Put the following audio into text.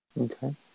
Okay